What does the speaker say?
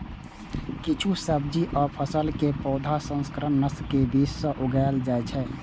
किछु सब्जी आ फसल के पौधा संकर नस्ल के बीज सं उगाएल जाइ छै